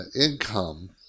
income